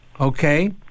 Okay